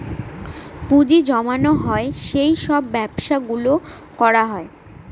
পুঁজি জমানো হয় সেই সব ব্যবসা গুলো করা হয়